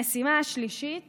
המשימה השלישית